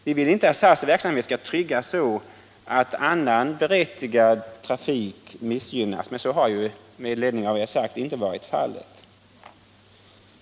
Vi vill inte att SAS verksamhet skall främjas så att annan berättigad trafik missgynnas, men som jag redan framhållit har detta inte heller varit fallet.